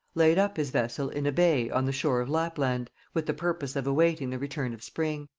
laid up his vessel in a bay on the shore of lapland, with the purpose of awaiting the return of spring.